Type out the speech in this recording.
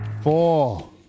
Four